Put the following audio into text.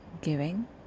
giving